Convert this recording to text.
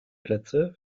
plätze